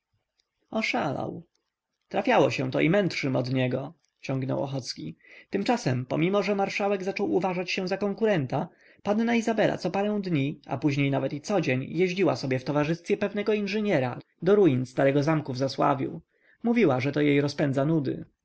oszalał trafiało się to i mędrszym od niego ciągnął ochocki tymczasem pomimo że marszałek zaczął uważać się za konkurenta panna izabela co parę dni a później nawet i codzień jeździła sobie w towarzystwie pewnego inżyniera do ruin starego zamku w zasławiu mówiła że jej to rozpędza nudy